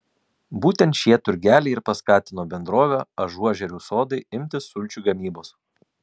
būtent šie turgeliai ir paskatino bendrovę ažuožerių sodai imtis sulčių gamybos